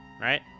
right